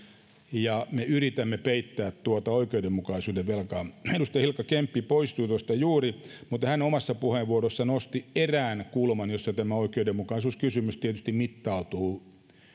ja me yritämme peittää tuota oikeudenmukaisuuden velkaa edustaja hilkka kemppi poistui tuosta juuri hän omassa puheenvuorossaan nosti erään kulman jossa tämä oikeudenmukaisuuskysymys tietysti mittautuu